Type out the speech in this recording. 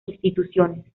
instituciones